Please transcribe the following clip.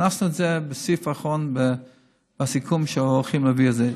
והכנסנו את זה לסעיף האחרון בסיכום שהולכים להביא את זה.